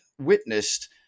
witnessed